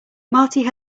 marty